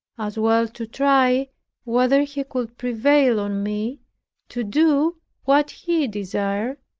as well to try whether he could prevail on me to do what he desired,